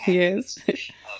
yes